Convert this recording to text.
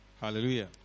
Hallelujah